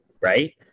right